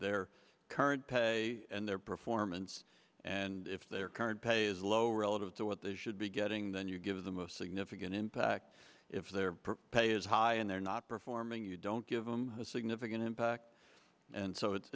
their current pay and their performance and if their current pay is low relative to what they should be getting then you give them a significant impact if their pay is high and they're not performing you don't give them a significant impact and so it's